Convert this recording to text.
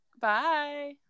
Bye